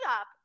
up